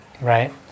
right